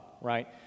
right